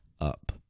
up